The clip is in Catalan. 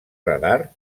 radar